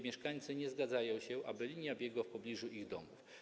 Mieszkańcy nie zgadzają się, aby linia biegła w pobliżu ich domów.